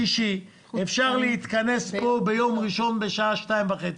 אפשר להתכנס פה ביום ראשון בשעה 14:30,